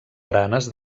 baranes